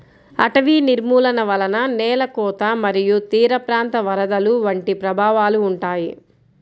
అటవీ నిర్మూలన వలన నేల కోత మరియు తీరప్రాంత వరదలు వంటి ప్రభావాలు ఉంటాయి